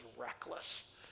reckless